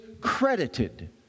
credited